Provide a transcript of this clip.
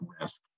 risk